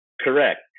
Correct